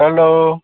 hello